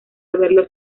haberlo